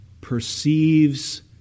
perceives